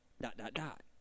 dot-dot-dot